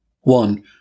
One